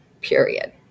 Period